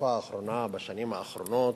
בתקופה האחרונה, בשנים האחרונות,